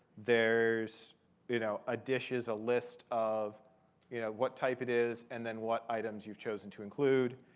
there's you know ah dishes, a list of you know what type it is, and then what items you've chosen to include,